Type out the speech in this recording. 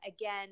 again